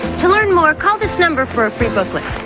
to learn more, call this number for a free booklet,